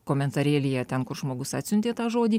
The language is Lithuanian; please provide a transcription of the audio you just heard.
komentarėlyje ten kur žmogus atsiuntė tą žodį